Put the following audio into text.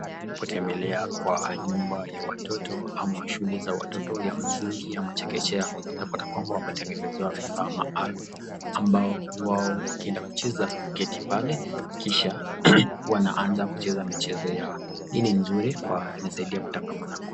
Kutembelea kwa nyumba wa watoto ama shule za watoto ya msingi ama chekechea utapata kwamba wametengenezewa vifaa maalum ambao wao wakienda kucheza au kuketi pale kisha wanaanza kucheza michezo yao. Hii ni mzuri kwa inasaidia kutangamana kwao.